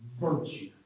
virtue